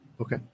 Okay